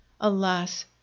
Alas